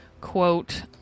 Quote